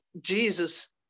Jesus